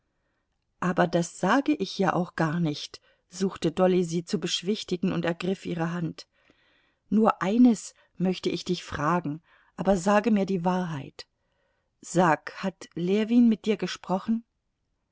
aber das sage ich ja auch gar nicht suchte dolly sie zu beschwichtigen und ergriff ihre hand nur eines möchte ich dich fragen aber sage mir die wahrheit sag hat ljewin mit dir gesprochen